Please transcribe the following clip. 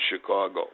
Chicago